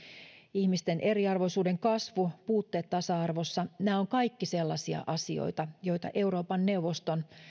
ihmisten eriarvoisuuden kasvu puutteet tasa arvossa nämä ovat kaikki sellaisia asioita joita euroopan neuvoston